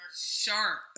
Sharp